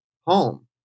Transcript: home